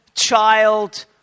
Child